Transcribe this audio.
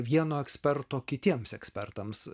vieno eksperto kitiems ekspertams